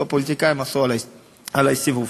הפוליטיקאים עשו עלי סיבוב.